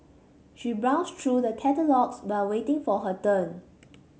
she browsed through the catalogues while waiting for her turn